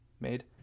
made